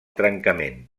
trencament